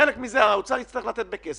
חלק מזה האוצר יצטרך לתת בכסף,